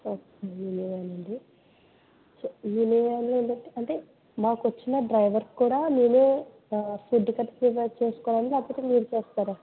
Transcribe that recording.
okay mini van అండి so mini van ఏంటంటే అంటే మాకు వచ్చిన డ్రైవర్ కూడా మేము ఫుడ్డు ఖర్చు చేసుకోవాల లేకపోతే మీరు చేస్తారా